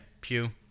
Pew